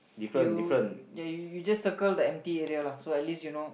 you ya you just circle the empty area lah so at least you know